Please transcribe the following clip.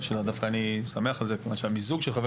דווקא אני שמח על זה כיוון שההצעה של חבר